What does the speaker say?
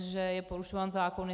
že je porušován zákon.